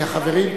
החברים,